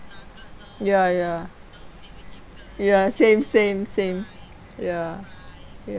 ya ya ya same same same ya ya